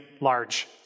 large